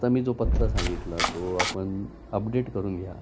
आत्ता मी जो पत्ता सांगितला तो आपण अपडेट करून घ्या